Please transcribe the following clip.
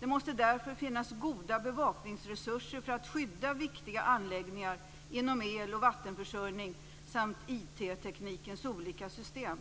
Det måste därför finnas goda bevakningsresurser för att skydda viktiga anläggningar inom el och vattenförsörjning samt IT teknikens olika system.